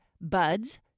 buds